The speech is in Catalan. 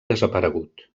desaparegut